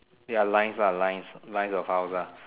ya lines ah lines lines of house lah